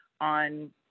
on